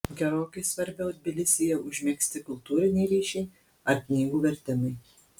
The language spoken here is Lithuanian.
gerokai svarbiau tbilisyje užmegzti kultūriniai ryšiai ar knygų vertimai